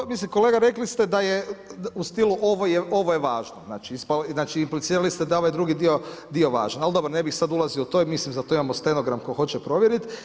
Pa mislim kolega rekli ste da je, u stilu ovo je važno, znači implicirali ste da je ovaj drugi dio važan, ali dobro, ne bih sada ulazio u to, mislim za to imamo stenogram tko hoće provjeriti.